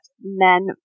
men